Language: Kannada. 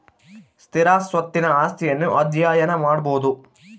ಸ್ಥಿರ ಸ್ವತ್ತಿನ ಆಸ್ತಿಯನ್ನು ಅಧ್ಯಯನ ಮಾಡಬೊದು